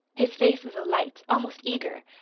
his face was alight, almost eager.